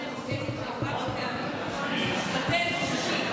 זה בטל בשישים.